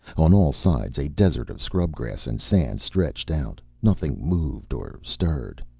on all sides a desert of scrub grass and sand stretched out. nothing moved or stirred.